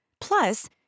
Plus